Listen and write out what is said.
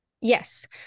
yes